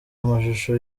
amashusho